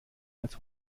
als